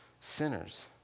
sinners